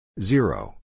Zero